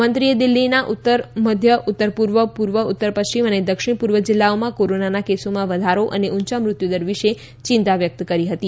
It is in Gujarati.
મંત્રીશ્રીએ દિલ્ફીના ઉત્તર મધ્ય ઉત્તર પૂર્વ પૂર્વ ઉત્તર પશ્ચિમ અને દક્ષિણ પૂર્વ જિલ્લાઓમાં કોરોનાના કેસોમાં વધારો અને ઊંચા મૃત્યુદર વિશે ખાસ ચિંતા વ્યક્ત કરી હતી